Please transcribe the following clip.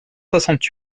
soixante